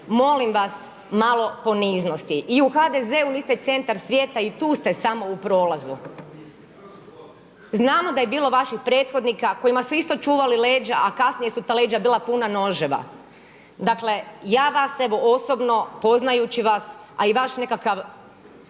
molim vas malo poniznosti. I u HDZ-u niste centar svijeta, i tu ste samo u prolazu. …/Upadica se ne čuje./… Znamo da je bilo vaših prethodnika kojima su isto čuvali leđa a kasnije su ta leđa bila puna noževa. Dakle, ja vas, evo osobno, poznajući vas, a i vas nekakav